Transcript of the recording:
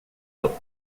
books